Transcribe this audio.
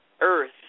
earth